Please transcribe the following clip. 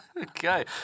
Okay